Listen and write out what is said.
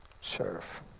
serve